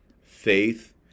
faith